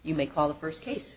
you may call the first case